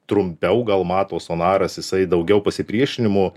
trumpiau gal mato sonaras jisai daugiau pasipriešinimų